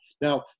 Now